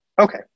Okay